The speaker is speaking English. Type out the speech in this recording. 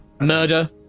Murder